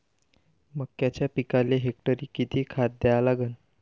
मक्याच्या पिकाले हेक्टरी किती खात द्या लागन?